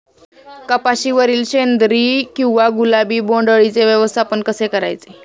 कपाशिवरील शेंदरी किंवा गुलाबी बोंडअळीचे व्यवस्थापन कसे करायचे?